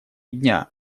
дня